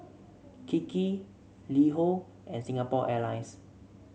Kiki LiHo and Singapore Airlines